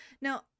Now